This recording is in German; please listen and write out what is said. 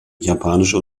japanische